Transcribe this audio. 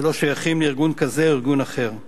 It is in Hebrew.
שלא שייכים לארגון כזה או ארגון אחר.